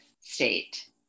state